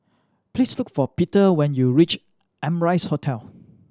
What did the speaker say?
please look for Peter when you reach Amrise Hotel